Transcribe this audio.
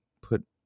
put